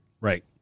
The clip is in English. Right